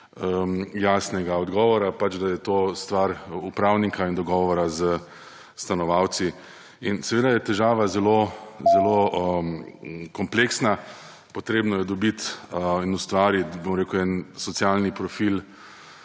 jasnega odgovora; pač, da je to stvar upravnika in dogovora s stanovalci. Seveda je težava zelo kompleksna, potrebno je dobiti in ustvariti en socialni profil